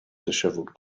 disheveled